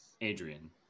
Adrian